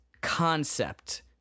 concept